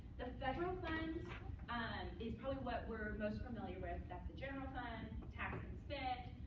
the federal funds um is probably what we're most familiar with. that's the general fund, the tax and spend.